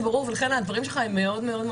זה ברור ולכן הדברים שלך הם מאוד-מאוד חשובים.